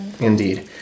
Indeed